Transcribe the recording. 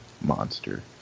monster